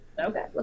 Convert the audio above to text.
Okay